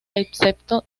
excepto